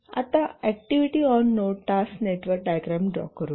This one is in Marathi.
आता activity on node task network diagram draw करू